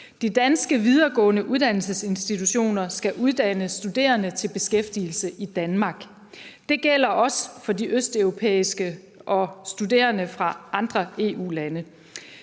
De danske videregående uddannelsesinstitutioner skal uddanne studerende til beskæftigelse i Danmark. Det gælder også for de østeuropæiske studerende og studerende fra andre EU-lande.